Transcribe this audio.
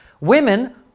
Women